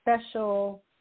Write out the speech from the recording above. special